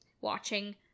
watching